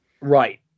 right